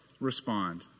respond